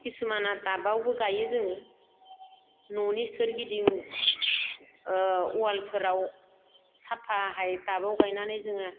खिसुमान थाबावबो गायो जोङो न'नि सोरगिदिं ओ अवालफोराव साफाहाय थाबाव गायनानै जोङो